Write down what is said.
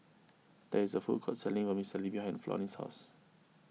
there is a food court selling Vermicelli behind Flonnie's house